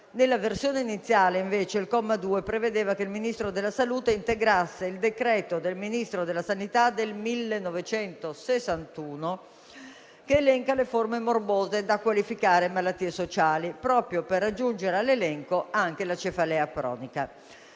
Nella versione iniziale, invece, il comma 2 prevedeva che il Ministro della salute integrasse il decreto del Ministro della sanità del 1961 che elenca le forme morbose da qualificare come malattie sociali, proprio per aggiungere all'elenco anche la cefalea cronica.